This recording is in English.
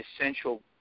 essential